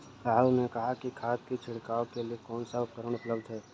राहुल ने कहा कि खाद की छिड़काव के लिए कौन सा उपकरण उपलब्ध है?